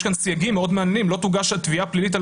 יש כאן סייגים מאוד מעניינים לא תוגש תביעה פלילית על